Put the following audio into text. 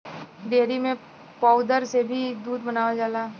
dairy में powder से भी दूध बनावल जाला